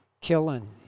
killing